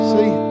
See